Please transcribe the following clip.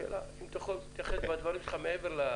השאלה אם אתה יכול להתייחס בדברים שלך מעבר.